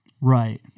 right